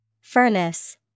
Furnace